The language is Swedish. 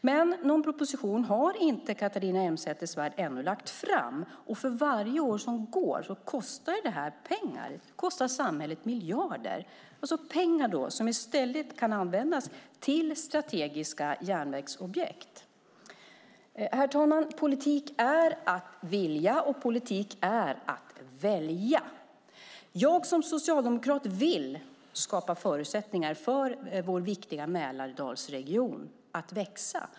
Men någon proposition har inte Catharina Elmsäter-Svärd ännu lagt fram. För varje år som går kostar det pengar. Det kostar samhället miljarder. Det är pengar som i stället kan användas till strategiska järnvägsobjekt. Herr talman! Politik är att vilja, och politik är att välja. Jag som socialdemokrat vill skapa förutsättningar för vår viktiga Mälardalsregion att växa.